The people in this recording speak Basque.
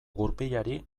gurpilari